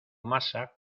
masa